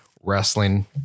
wrestling